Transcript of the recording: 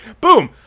boom